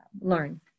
learn